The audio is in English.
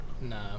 Nah